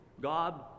God